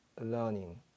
learning